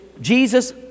Jesus